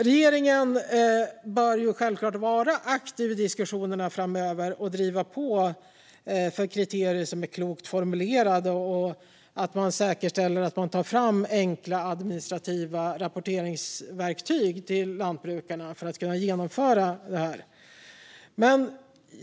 Regeringen bör självklart vara aktiv i diskussionerna framöver, driva på för kriterier som är klokt formulerade och säkerställa att det tas fram enkla administrativa rapporteringsverktyg till lantbrukarna så att detta kan genomföras.